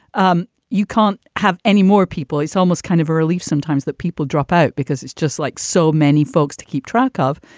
um you can't have any more people. it's almost kind of a relief sometimes that people drop out because it's just like so many folks to keep track of.